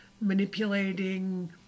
manipulating